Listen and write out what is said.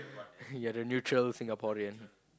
your the neutral Singaporean